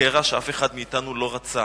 לקרע שאף אחד מאתנו לא רצה.